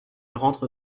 rentre